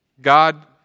God